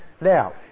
Now